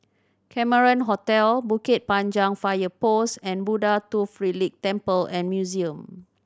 Cameron Hotel Bukit Panjang Fire Post and Buddha Tooth Relic Temple and Museum